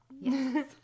Yes